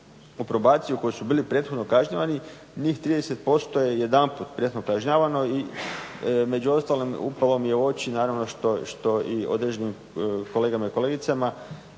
u probaciju koji su bili prethodno kažnjavani, njih 30% je jedanput prethodno kažnjavano i među ostalim upalo mi je u oči, naravno što i određenim kolegama i kolegicama